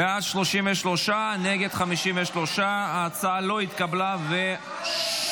בעד, 33, נגד, 53. ההצעה לא התקבלה -- עלובי נפש.